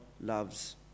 loves